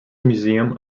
museum